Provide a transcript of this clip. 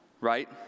Right